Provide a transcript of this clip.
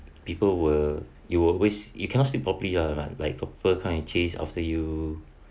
people were you always you cannot sleep properly lah like a kind of chase after you